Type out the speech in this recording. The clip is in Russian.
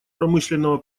промышленного